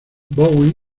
bowie